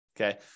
Okay